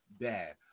bad